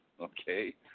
Okay